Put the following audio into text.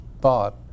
thought